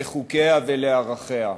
לחוקיה ולערכיה.